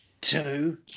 Two